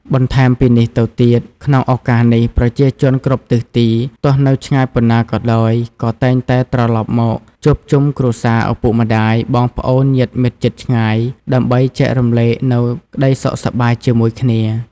បន្ថែមពីនេះទៅទៀតក្នុងឱកាសនេះ ប្រជាជនពីគ្រប់ទិសទី ទោះនៅឆ្ងាយប៉ុណ្ណាក៏ដោយ ក៏តែងតែត្រឡប់មកជួបជុំគ្រួសារឪពុកម្តាយ បងប្អូន ញាតិមិត្តជិតឆ្ងាយ ដើម្បីចែករំលែកនូវក្ដីសុខសប្បាយជាមួយគ្នា។